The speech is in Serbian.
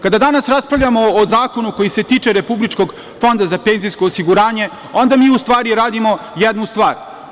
Kada danas raspravljamo o zakonu koji se tiče Republičkog fonda za penzijsko osiguranje, onda mi u stvari radimo jednu stvar.